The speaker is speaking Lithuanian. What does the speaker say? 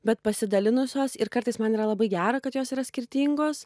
bet pasidalinusios ir kartais man yra labai gera kad jos yra skirtingos